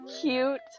cute